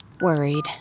Worried